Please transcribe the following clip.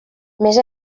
més